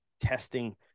testing